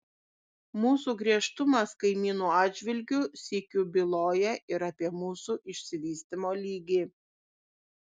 mūsų griežtumas kaimynų atžvilgiu sykiu byloja ir apie mūsų išsivystymo lygį